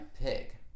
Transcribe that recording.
pig